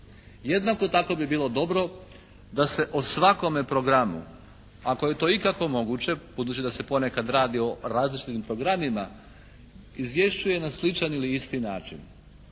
Jednako tako bi bilo dobro da se o svakome programu ako je to ikako moguće budući da se ponekad radi o različitim programima izvješćuje na sličan ili isti način